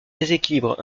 déséquilibre